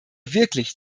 wirklich